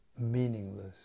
Meaningless